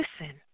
listen